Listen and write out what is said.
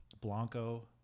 Blanco